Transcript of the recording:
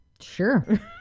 Sure